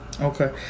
Okay